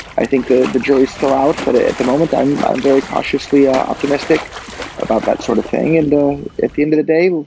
i think the the jury's still out, but at the moment i'm i'm very cautiously ah optimistic about that sort of thing. and at the end of the day,